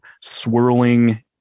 swirling